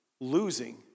losing